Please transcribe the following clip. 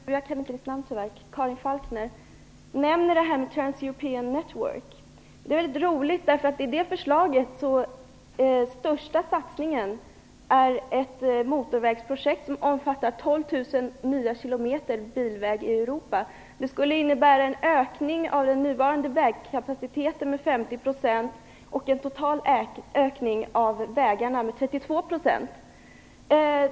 Det var roligt att Karin Falkmer nämnde Transeuropean Network, därför att största satsningen i det förslaget är ett motorvägsprojekt som omfattar 12 000 nya kilometer bilväg i Europa. Det skulle innebära en ökning av den nuvarande vägkapaciteten med 50 % och en total ökning av vägarna med 32 %.